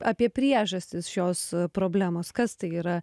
apie priežastis šios problemos kas tai yra